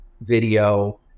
video